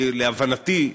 להבנתי,